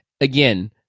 again